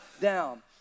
down